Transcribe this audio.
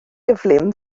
gyflym